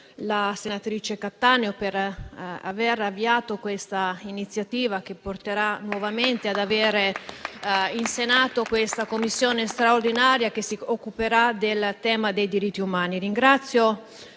la senatrice Cattaneo per aver avviato questa iniziativa che porterà nuovamente ad avere in Senato la Commissione straordinaria che si occuperà del tema dei diritti umani. Ringrazio